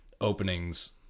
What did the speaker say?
openings